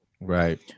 Right